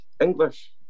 English